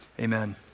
Amen